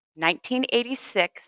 1986